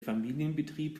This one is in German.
familienbetrieb